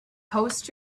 post